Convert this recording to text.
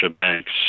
Banks